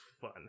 fun